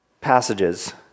passages